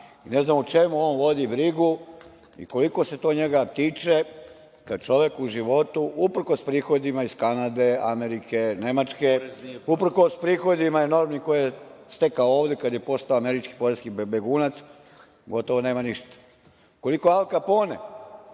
ne znam o čemu on vodi brigu i koliko se to njega tiče kada čovek u životu, uprkos prihodima iz Kanade, Amerike, Nemačke, uprkos prihodima enormnim koje je stekao ovde kada je postao američki poreski begunac, gotovo nema ništa. Koliko je Al Kapone